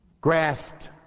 grasped